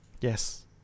Yes